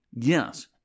Yes